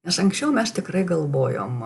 nes anksčiau tikrai galvojom